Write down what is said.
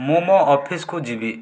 ମୁଁ ମୋ ଅଫିସକୁ ଯିବି